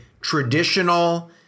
traditional